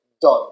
done